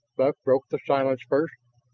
buck broke the silence first.